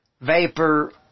vapor